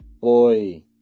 Boy